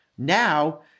Now